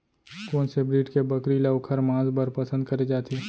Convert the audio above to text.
कोन से ब्रीड के बकरी ला ओखर माँस बर पसंद करे जाथे?